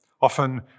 often